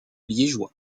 liégeois